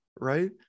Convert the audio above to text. right